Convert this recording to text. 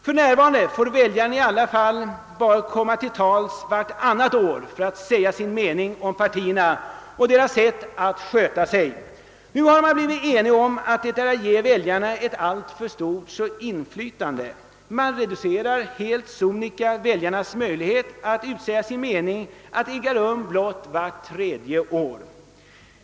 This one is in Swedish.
För närvarande får väljarna i alla fall komma till tals vartannat år och då säga sin mening om partierna och deras sätt att sköta sig. Nu har enighet upp nåtts om att detta är att ge väljarna ett alltför stort inflytande. Man reducerar helt sonika väljarnas möjlighet att säga sin mening och de får göra detta bara vart tredje år.